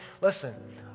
Listen